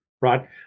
Right